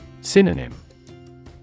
Synonym